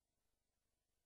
ההצעה